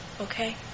Okay